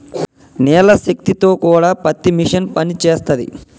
నీళ్ల శక్తి తో కూడా పత్తి మిషన్ పనిచేస్తది